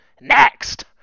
NEXT